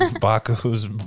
Baku's